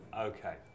Okay